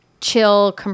chill